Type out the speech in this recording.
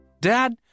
Dad